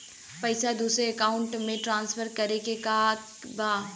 पैसा दूसरे अकाउंट में ट्रांसफर करें के बा?